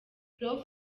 prof